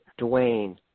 Dwayne